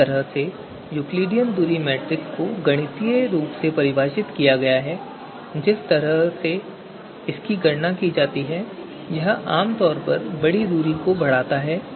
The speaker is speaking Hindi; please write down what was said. जिस तरह से यूक्लिडियन दूरी मीट्रिक को गणितीय रूप से परिभाषित किया गया है और जिस तरह से इसकी गणना की जाती है यह आम तौर पर बड़ी दूरी को बढ़ाता है